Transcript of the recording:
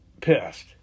pissed